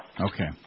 Okay